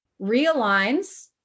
realigns